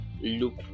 look